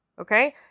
okay